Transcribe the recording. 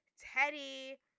Teddy